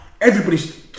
Everybody's